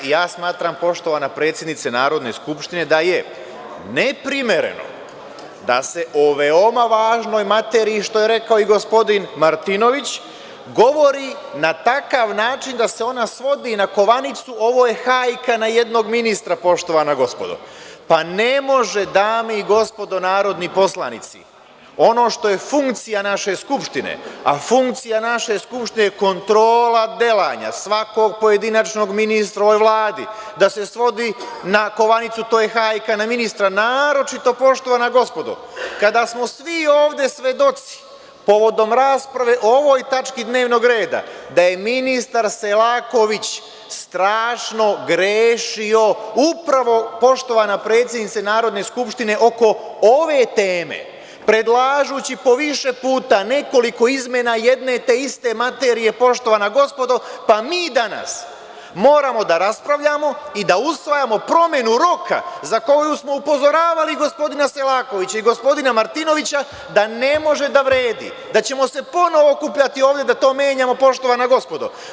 Ja smatram, poštovana predsednice Narodne skupštine, da je neprimereno da se o veoma važnoj materiji, što je rekao i gospodin Martinović, govori na takav način da se ona svodi na kovanicu – ovo je hajka na jednog ministra. `Pa, ne može, dame i gospodo narodni poslanici, ono što je funkcija naše Skupštine, a funkcija naše Skupštine je kontrola delanja svakog pojedinačnog ministra u ovoj Vladi, da se svodi na kovanicu – to je hajka na ministra, naročito, poštovana gospodo, kada smo svi ovde svedoci povodom rasprave o ovoj tački dnevnog reda da je ministar Selaković strašno grešio, upravo, poštovana predsednice Narodne skupštine, oko ove teme, predlažući po više puta nekoliko izmena jedne te iste materije, poštovana gospodo, pa mi danas moramo da raspravljamo i da usvajamo promenu roka za koju smo upozoravali gospodina Selakovića i gospodina Martinovića da ne može da vredi, da ćemo se ponovo okupljati ovde da to menjamo, poštovana gospodo.